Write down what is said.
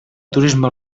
turisme